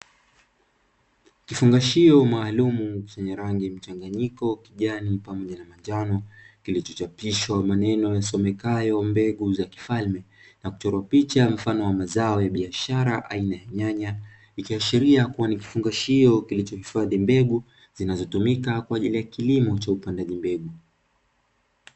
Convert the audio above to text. kifungashio maalumu chenye rangi mchanganyiko kijani pamoja na manjano, kilichochapishwa maneno yasomekayo mbegu za kifalme nakuchorwa picha mfano wa mazao ya biashara aina ya nyanya, ikiashiria kuwa ni kifungashio kilicho hifadhi mbegu zinazotumika kwaajili ya kilimo cha upandaji mbegu.